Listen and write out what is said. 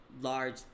large